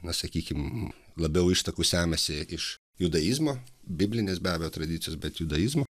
na sakykim labiau ištakų semiasi iš judaizmo biblinės be abejo tradicijos bet judaizmo